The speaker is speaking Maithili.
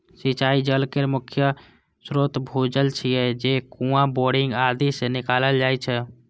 सिंचाइ जल केर मुख्य स्रोत भूजल छियै, जे कुआं, बोरिंग आदि सं निकालल जाइ छै